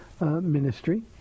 ministry